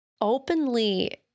openly